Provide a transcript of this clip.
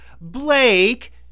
Blake